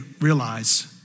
realize